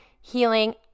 healing